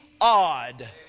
odd